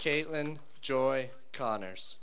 caitlin joy connors